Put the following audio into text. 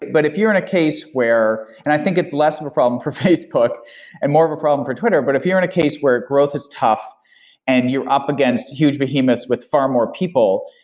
but if you're in a case where and i think it's less of a problem for facebook and more of a problem for twitter, but if you're in a case where growth is tough and you're up against huge behemoths with far more people,